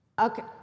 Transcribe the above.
Okay